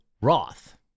Roth